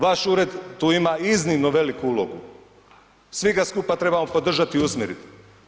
Vaš ured tu ima iznimno veliku ulogu, svi ga skupa trebamo podržati i usmjeriti.